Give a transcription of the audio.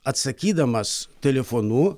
atsakydamas telefonu